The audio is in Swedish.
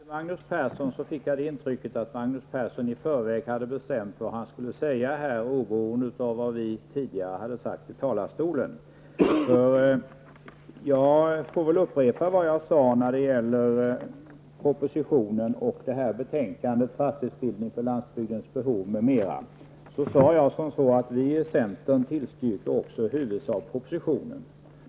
Herr talman! Av Magnus Persson fick jag intrycket att han i förväg hade bestämt vad han skulle säga här oberoende av vad vi tidigare hade sagt i talarstolen. Jag får väl upprepa vad jag sade när det gäller propositionen och betänkandet om fastighetsbildning för landsbygdens behov m.m. Jag sade att vi i centern i huvudsak tillstyrker propositionen.